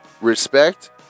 respect